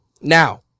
Now